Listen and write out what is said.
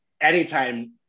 anytime